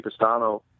Pistano